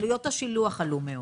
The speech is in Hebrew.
עלויות השילוח עלו מאוד.